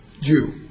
Jew